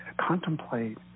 contemplate